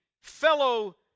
fellow